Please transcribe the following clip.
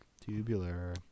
Tubular